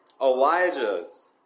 Elijah's